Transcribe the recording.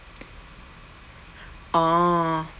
orh